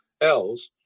else